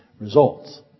results